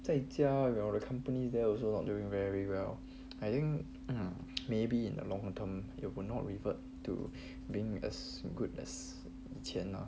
在家 the companies there also not doing very well I think maybe in a long term it will not revert to being as good as 以前 lah